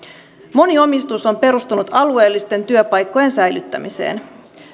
moni omistus on perustunut alueellisten työpaikkojen säilyttämiseen